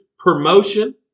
promotion